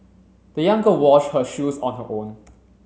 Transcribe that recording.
the young girl washed her shoes on her own